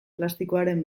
plastikoaren